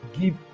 give